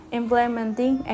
implementing